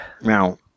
Now